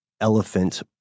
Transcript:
elephant